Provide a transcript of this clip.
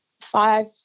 five